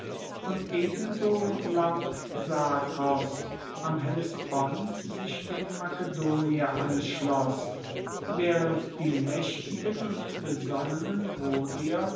und ebenso lampsakos am hellespont sich dem makedonier anschloss waehrend die maechtigen und besonnenen rhodier